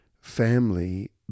family